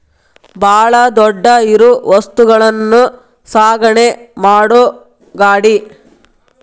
ಬಾಳ ದೊಡ್ಡ ಇರು ವಸ್ತುಗಳನ್ನು ಸಾಗಣೆ ಮಾಡು ಗಾಡಿ